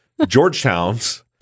Georgetowns